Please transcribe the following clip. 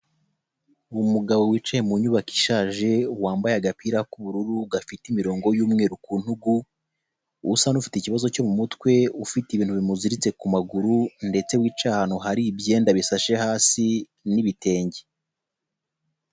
Umugabo wicaye mu nyubako ishaje, wambaye agapira k'ubururu, gafite imirongo y'umweru ku ntugu, usa n'ufite ikibazo cyo mu mutwe, ufite ibintu bimuziritse ku maguru ndetse wicaye ahantu hari ibyenda bisashe hasi n'ibitenge.